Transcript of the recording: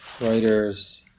writers